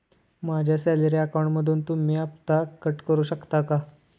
माझ्या सॅलरी अकाउंटमधून तुम्ही हफ्ता कट करू शकता का?